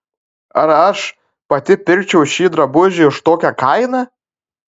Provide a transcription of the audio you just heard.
ar aš pati pirkčiau šį drabužį už tokią kainą